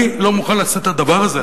אני לא מוכן לשאת את הדבר הזה.